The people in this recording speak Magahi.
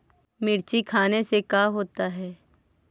मिर्ची खाने से का होता है?